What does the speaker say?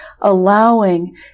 allowing